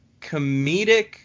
comedic